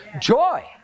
Joy